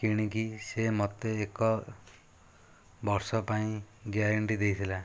କିଣିକି ସେ ମୋତେ ଏକ ବର୍ଷ ପାଇଁ ଗ୍ୟାରେଣ୍ଟି ଦେଇଥିଲା